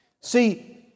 See